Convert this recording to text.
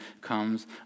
comes